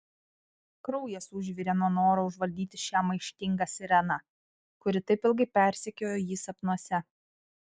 kraujas užvirė nuo noro užvaldyti šią maištingą sireną kuri taip ilgai persekiojo jį sapnuose